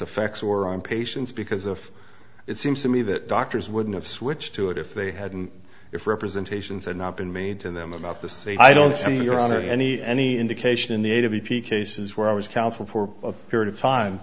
effects were on patients because of it seems to me that doctors wouldn't have switched to it if they hadn't if representations had not been made to them about the same i don't see your honor any any indication in the a v cases where i was counsel for a period of time